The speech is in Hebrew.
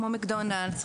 כמו ׳MacDonalds׳,